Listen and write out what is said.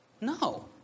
No